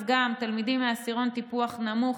אז גם תלמידים מעשירון טיפוח נמוך